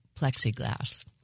plexiglass